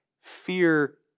Fear